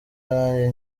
nanjye